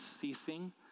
ceasing